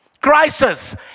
Crisis